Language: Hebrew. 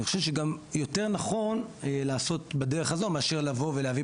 אני חושב שגם יותר נכון לעשות בדרך הזו מאשר לבוא ולהביא